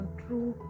true